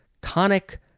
Conic